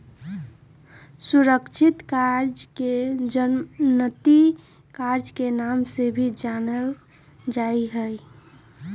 सुरक्षित कर्ज के जमानती कर्ज के नाम से भी जानल जाहई